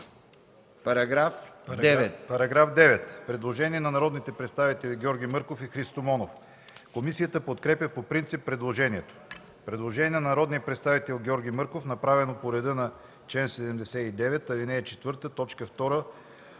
параграф 9 има предложение на народните представители Георги Мърков и Христо Монов. Комисията подкрепя по принцип предложението. Предложение на народния представител Георги Мърков, направено по реда на чл. 79, ал. 4,